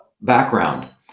background